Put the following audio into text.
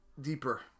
deeper